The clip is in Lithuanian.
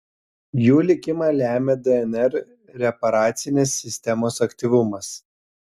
jų likimą lemia dnr reparacinės sistemos aktyvumas